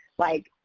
like,